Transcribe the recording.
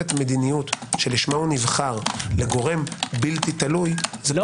את המדיניות שלשמה נבחר לגורם בלתי תלוי- -- לא,